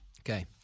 Okay